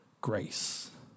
grace